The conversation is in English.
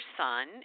son